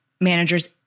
managers